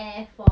three